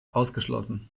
ausgeschlossen